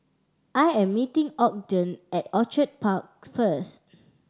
I am meeting Ogden at Orchid Park first